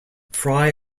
fry